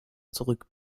zurück